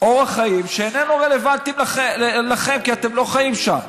אורח חיים שאיננו רלוונטי לכם, כי אתם לא חיים שם.